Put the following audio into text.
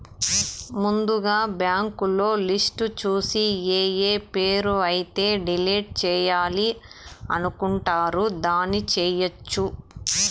ముందుగా బ్యాంకులో లిస్టు చూసి ఏఏ పేరు అయితే డిలీట్ చేయాలి అనుకుంటారు దాన్ని చేయొచ్చు